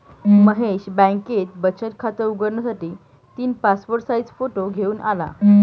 महेश बँकेत बचत खात उघडण्यासाठी तीन पासपोर्ट साइज फोटो घेऊन आला